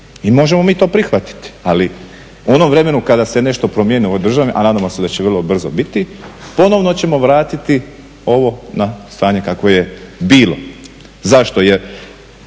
I možemo mi to prihvatiti, ali u onom vremenu kada se nešto promijeni u ovoj državi, a nadamo se da će vrlo brzo biti, ponovno ćemo vratiti ovo na stanje kako je bilo. Zašto? Jer